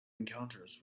encounters